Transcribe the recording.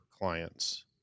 clients